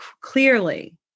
clearly